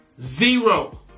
zero